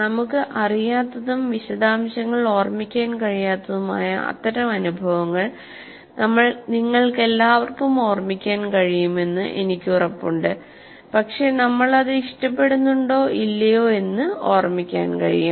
നമുക്ക് അറിയാത്തതും വിശദാംശങ്ങൾ ഓർമിക്കാൻ കഴിയാത്തതുമായ അത്തരം അനുഭവങ്ങൾ നിങ്ങൾക്കെല്ലാവർക്കും ഓർമിക്കാൻ കഴിയുമെന്ന് എനിക്ക് ഉറപ്പുണ്ട് പക്ഷേ നമ്മൾ അത് ഇഷ്ടപ്പെടുന്നുണ്ടോ ഇല്ലയോ എന്ന് ഓർമിക്കാൻ കഴിയും